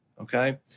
okay